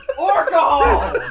alcohol